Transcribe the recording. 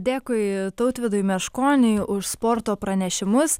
dėkui tautvydui meškoniui už sporto pranešimus